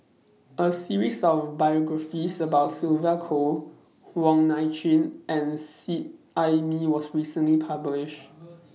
A series of biographies about Sylvia Kho Wong Nai Chin and Seet Ai Mee was recently published